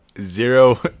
zero